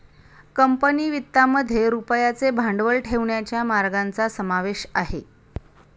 company वित्तामध्ये रुपयाचे भांडवल ठेवण्याच्या मार्गांचा समावेश आहे